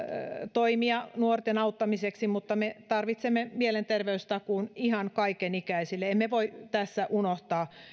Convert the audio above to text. toimia nuorten auttamiseksi mutta me tarvitsemme mielenterveystakuun ihan kaikenikäisille emme voi tässä unohtaa